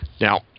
Now